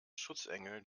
schutzengel